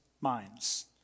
minds